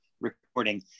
recording